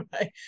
right